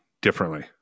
differently